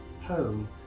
home